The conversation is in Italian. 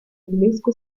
tedesco